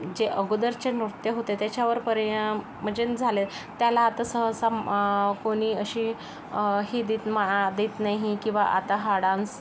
जे अगोदरचे नृत्य होते त्याच्यावर परिणाम म्हणजे झाले त्याला आता सहसा कोणी अशी ही देत मा देत नाही किंवा आता हा डान्स